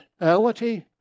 reality